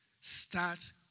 start